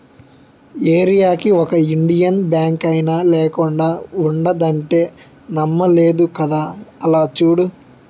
ఏరీయాకి ఒక ఇండియన్ బాంకైనా లేకుండా ఉండదంటే నమ్మలేదు కదా అలా చూడు